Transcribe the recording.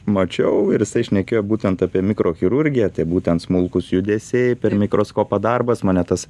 mačiau ir jisai šnekėjo būtent apie mikrochirurgiją tai būtent smulkūs judesiai per mikroskopą darbas mane tas